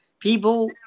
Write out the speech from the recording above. People